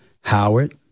Howard